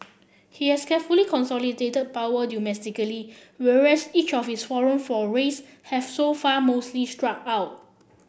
he has carefully consolidated power domestically whereas each of his foreign forays have so far mostly struck out